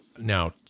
Now